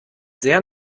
sehr